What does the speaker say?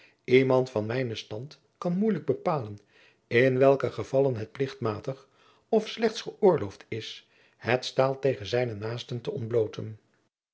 iemand van mijnen stand kan moeilijk bepalen in welke gevallen het plichtmatig of slechts gëoorloofd is het staal tegen zijnen naasten te ontbloten